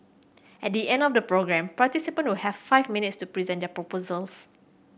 at the end of the programme participant will have five minutes to present their proposals